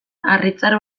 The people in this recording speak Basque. harritzar